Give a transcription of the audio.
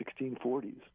1640s